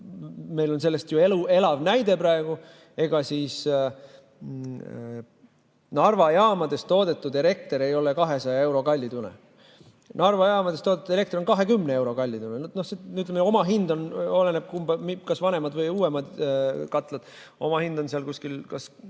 Meil on sellest ju elav näide praegu. Ega siis Narva jaamades toodetud elekter ei ole 200 euro kallidusega. Narva jaamades toodetud elekter on 20 euro kallidusega. Omahind – oleneb, kas vanemad või uuemad katlad – on seal kuskil kas